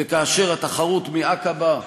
וכאשר התחרות מעקבה,